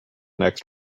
next